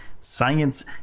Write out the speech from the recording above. science